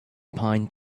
pine